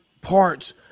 parts